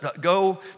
go